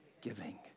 giving